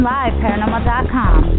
LiveParanormal.com